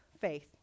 faith